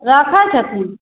रखै छथिन